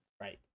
Right